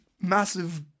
massive